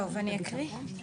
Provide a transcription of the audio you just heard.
טוב, אני אקריא את הנוסח?